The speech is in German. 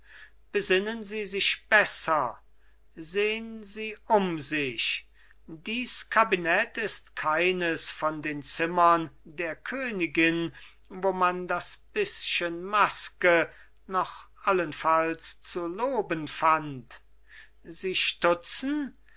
besinnen sie sich besser sehn sie um sich dies kabinett ist keines von den zimmern der königin wo man das bißchen maske noch allenfalls zu loben fand sie stutzen